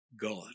God